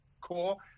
cool